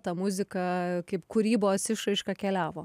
ta muzika kaip kūrybos išraiška keliavo